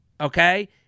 okay